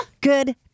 Good